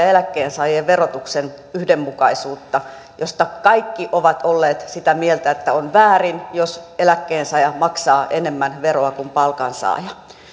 eläkkeensaajien verotuksen yhdenmukaisuutta josta kaikki ovat olleet sitä mieltä että on väärin jos eläkkeensaaja maksaa enemmän veroa kuin palkansaaja